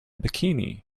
bikini